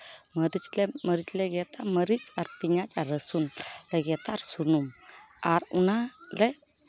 ᱢᱟᱹᱨᱤᱪ ᱞᱮ ᱢᱟᱹᱨᱤᱪ ᱞᱮ ᱜᱮᱫᱟ ᱢᱟᱹᱨᱤᱪ ᱯᱮᱸᱭᱟᱡᱽ ᱟᱨ ᱨᱟᱥᱩᱱ ᱞᱮ ᱜᱮᱫᱼᱟ ᱟᱨ ᱥᱩᱱᱩᱢ ᱟᱨ ᱚᱱᱟᱨᱮ